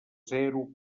zero